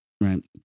right